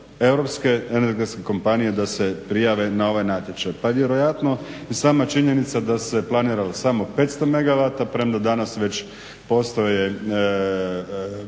europske energetske kompanije da se prijave na ovaj natječaj? Pa vjerojatno i sama činjenica da se planiralo samo 500 MW premda danas već postoje